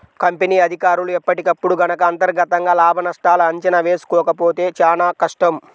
company అధికారులు ఎప్పటికప్పుడు గనక అంతర్గతంగా లాభనష్టాల అంచనా వేసుకోకపోతే చానా కష్టం